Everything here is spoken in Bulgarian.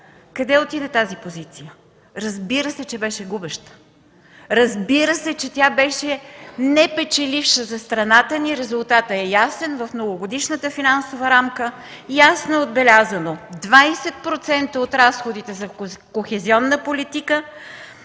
Къде отиде тази позиция? Разбира се, че беше губеща, разбира се, че беше непечеливша за страната ни. Резултатът е ясен: в Многогодишната финансова рамка ясно е отбелязано, 20% от разходите за кохезионна политика